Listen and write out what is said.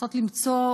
לנסות למצוא,